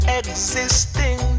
existing